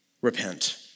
repent